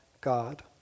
God